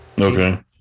okay